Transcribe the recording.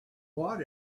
what